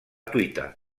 twitter